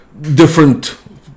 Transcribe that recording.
different